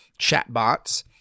chatbots